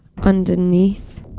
underneath